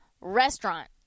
Restaurant